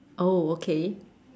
oh okay